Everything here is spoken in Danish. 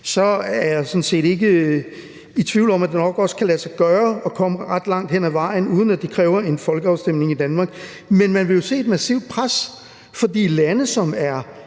sådan set ikke i tvivl om, at det nok også kan lade sig gøre at komme ret langt hen ad vejen, uden at det kræver en folkeafstemning i Danmark. Men man vil jo se et massivt pres, fordi lande, som er